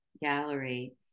Gallery